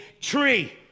tree